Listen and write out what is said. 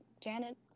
Janet